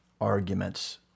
arguments